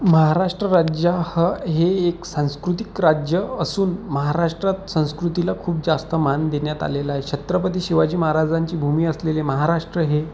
महाराष्ट्र राज्य हा हे एक सांस्कृतिक राज्य असून महाराष्ट्रात संस्कृतीला खूप जास्त मान देण्यात आलेला आहे छत्रपती शिवाजी महाराजांची भूमी असलेले महाराष्ट्र हे